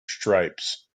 stripes